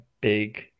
big